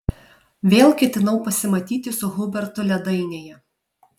vėl ketinau pasimatyti su hubertu ledainėje